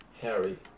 Harry